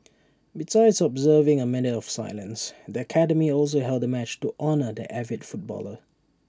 besides observing A minute of silence the academy also held A match to honour the avid footballer